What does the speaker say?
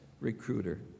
recruiter